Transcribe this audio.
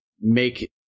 make